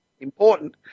important